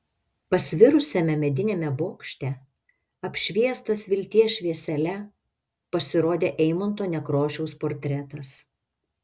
pasvirusiame mediniame bokšte apšviestas vilties šviesele pasirodė eimunto nekrošiaus portretas